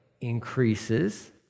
increases